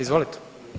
Izvolite.